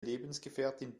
lebensgefährtin